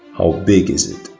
how big is it?